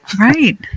Right